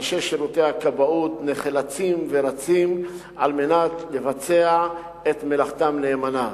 אנשי שירותי הכבאות נחלצים ורצים על מנת לבצע את מלאכתם נאמנה.